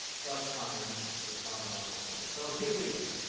but time is not on our side, so here we go.